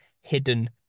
hidden